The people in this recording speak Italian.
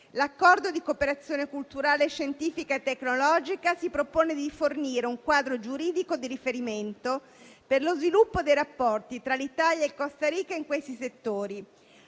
L'Accordo di cooperazione culturale, scientifica e tecnologica si propone di fornire un quadro giuridico di riferimento per lo sviluppo dei rapporti tra l'Italia e la Costa Rica in questi settori,